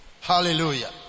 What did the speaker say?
hallelujah